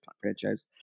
franchise